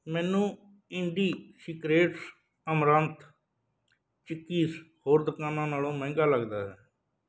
ਮੈਨੂੰ Indie Secrets amaranth chikkis ਹੋਰ ਦੁਕਾਨਾਂ ਨਾਲੋਂ ਮਹਿੰਗਾ ਲੱਗਦਾ ਹੈ